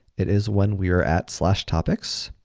it is when we are at topics.